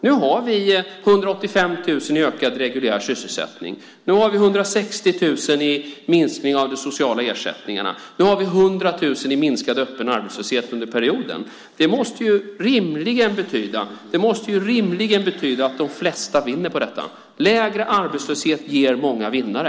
Nu har vi 185 000 i ökad reguljär sysselsättning. Nu har vi 160 000 i minskning av de sociala ersättningarna. Nu har vi 100 000 i minskad öppen arbetslöshet under perioden. Det måste rimligen betyda att de flesta vinner på detta. Lägre arbetslöshet ger många vinnare.